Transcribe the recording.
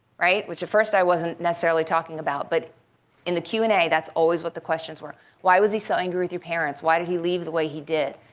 right, which at first i wasn't necessarily talking about. but in the q and a, that's always what the questions were why was he so angry with your parents, why did he leave the way he did,